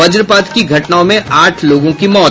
वज्रपात की घटनाओं में आठ लोगों की मौत